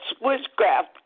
witchcraft